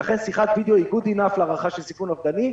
לכן שיחת וידיאו היא Good enough להערכה של סיכון אובדני,